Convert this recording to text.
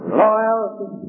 loyalty